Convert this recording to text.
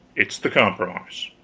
it's the compromise.